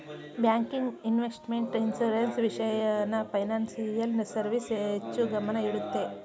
banking, investment, insurance, ವಿಷಯನ financial service ಹೆಚ್ಚು ಗಮನ ಇಡುತ್ತೆ